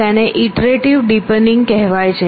તેને iterative deepening કહેવાય છે